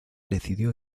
decidió